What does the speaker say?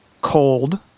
cold